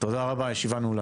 תודה רבה, הישיבה נעולה.